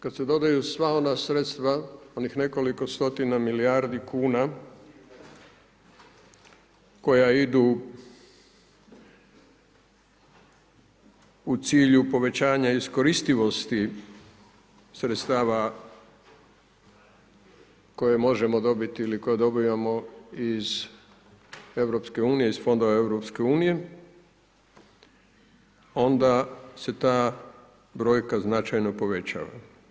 Kada se dodaju sva ona sredstva, onih nekoliko stotina milijardi kn, koja idu u cilju povećanja iskoristivosti sredstava koja možemo dobiti ili koja dobivamo iz EU iz fonda EU, onda se ta brojka značajno povećava.